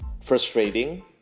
frustrating